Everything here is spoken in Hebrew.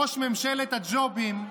ראש ממשלת הג'ובים,